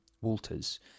Walters